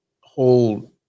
whole